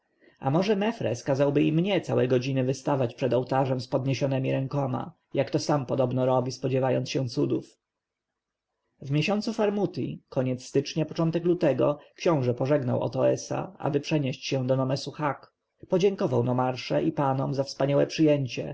a może mefres kazałby i mnie całe godziny wystawać przed ołtarzem z podniesionemi rękoma jak to sam podobno robi spodziewając się cudów w miesiącu farmuti koniec stycznia początek lutego książę pożegnał otoesa aby przenieść się do nomesu hak dziękował nomarsze i panom za wspaniałe przyjęcie